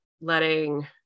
letting